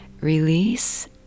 release